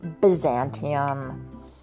Byzantium